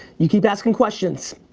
you keep asking questions,